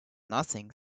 nothing